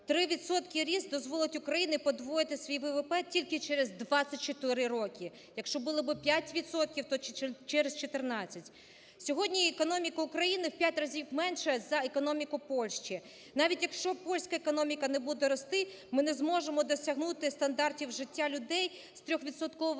ріст дозволить Україні подвоїти свій ВВП тільки через 24 роки, якщо було би 5 відсотків, то через 14. Сьогодні економіка України в 5 разів менше за економіку Польщі. Навіть якщо польська економіка не буде рости, ми не зможемо досягнути стандартів життя людей з 3-відсотковим